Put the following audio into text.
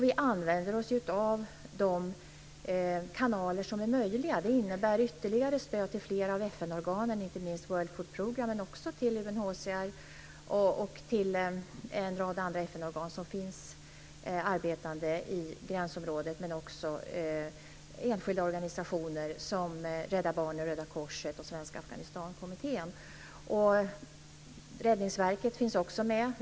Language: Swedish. Vi använder oss av de kanaler som är möjliga. Det innebär ytterligare stöd till flera av FN-organen, inte minst World Food Programme, men också till UNHCR och en rad andra FN-organ som arbetar i gränsområdet och till enskilda organisationer som Rädda Barnen, Röda Korset och Svenska Afghanistankommittén. Räddningsverket finns också med.